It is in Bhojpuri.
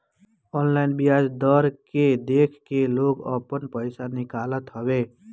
ऑनलाइन बियाज दर के देख के लोग आपन पईसा निकालत हवे